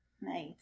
nice